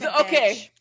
okay